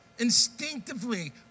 instinctively